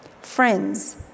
Friends